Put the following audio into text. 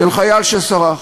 של חייל שסרח.